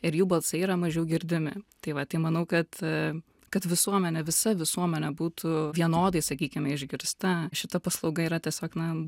ir jų balsai yra mažiau girdimi tai va tai manau kad kad visuomenė visa visuomenė būtų vienodai sakykime išgirsta šita paslauga yra tiesiog na